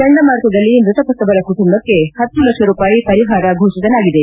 ಚಂಡಮಾರುತದಲ್ಲಿ ಮೃತಪಟ್ಟವರ ಕುಟುಂಬಕ್ಕೆ ಹತ್ತು ಲಕ್ಷ ರೂಪಾಯಿ ಪರಿಹಾರ ಫೋಷಿಸಲಾಗಿದೆ